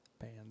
band